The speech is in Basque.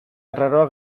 arraroa